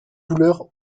couleur